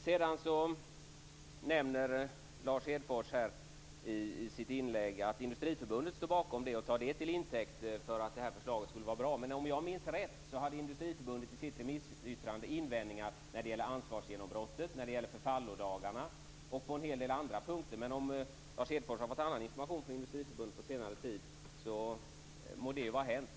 Sedan nämner Lars Hedfors att Industriförbundet står bakom det här förslaget och tar det till intäkt för att förslaget skulle vara bra. Men om jag minns rätt hade Industriförbundet i sitt remissyttrande invändningar när det gällde ansvarsgenombrottet, när det gällde förfallodagarna och på en hel del andra punkter. Om Lars Hedfors har fått annan information från Industriförbundet på senare tid må det vara hänt.